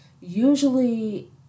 Usually